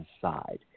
side